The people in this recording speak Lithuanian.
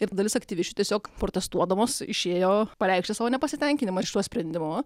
ir dalis aktyvisčių tiesiog protestuodamos išėjo pareikšti savo nepasitenkinimą šituo sprendimu